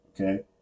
Okay